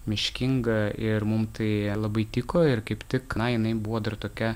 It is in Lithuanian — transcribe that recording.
miškinga ir mum tai labai tiko ir kaip tik na jinai buvo dar tokia